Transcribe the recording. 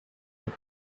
are